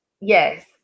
yes